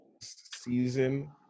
season